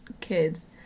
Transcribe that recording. kids